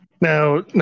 now